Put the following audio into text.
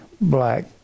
black